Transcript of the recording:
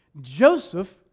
Joseph